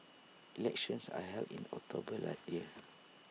elections are held in October that year